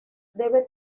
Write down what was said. debe